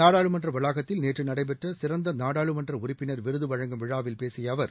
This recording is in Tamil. நாடாளுமன்ற வளாகத்தில் நேற்று நடைபெற்ற சிறந்த நாடாளுமன்ற உறுப்பினர் விருது வழங்கும் விழாவில் பேசிய அவர்